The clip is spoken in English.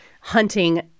hunting